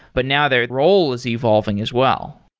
but now their role is evolving as well?